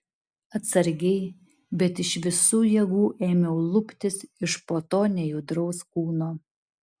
atsargiai bet iš visų jėgų ėmiau luptis iš po to nejudraus kūno